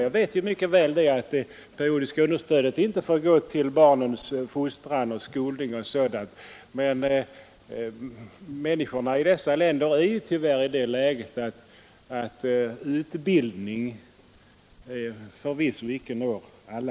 Jag vet mycket väl att det periodiska understödet inte får gå till barnens fostran och skolning, men människorna i dessa länder är ju tyvärr i det läget att utbildning förvisso icke når alla.